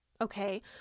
Okay